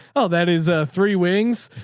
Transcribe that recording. oh, that is a three wings.